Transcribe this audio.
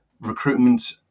recruitment